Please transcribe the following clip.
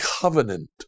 covenant